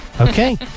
Okay